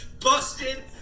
busted